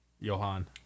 Johan